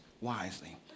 wisely